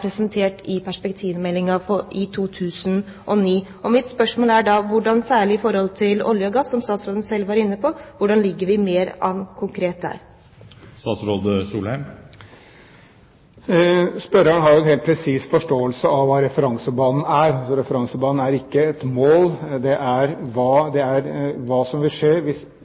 presentert i Perspektivmeldingen 2009. Mitt spørsmål er da: Hvordan – særlig i forbindelse med olje og gass, som statsråden selv var inne på – ligger vi an mer konkret? Spørreren har en helt presis forståelse av hva referansebanen er. Referansebanen er ikke et mål, det er hva vi tror vil skje hvis dagens politikk og dagens vedtatte virkemidler blir gjennomført. Dersom enkeltelementer av det som er